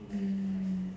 mm